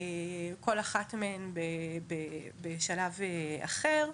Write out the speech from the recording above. כל אחת מהן בשלב אחר,